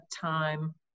time